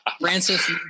Francis